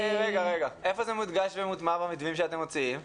איפה זה מודגש ומוטמע במתווים שאתם מוציאים?